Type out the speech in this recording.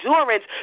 endurance